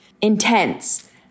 intense